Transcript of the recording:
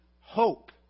hope